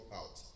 out